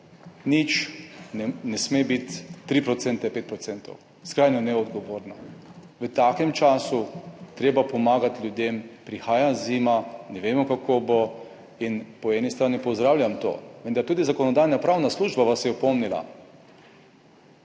nič ne sme biti 3 %, 5 %. Skrajno neodgovorno. V takem času je treba pomagati ljudem, prihaja zima, ne vemo, kako bo. Po eni strani pozdravljam to. Vendar tudi Zakonodajno-pravna služba vas je opomnila,